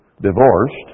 divorced